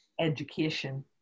education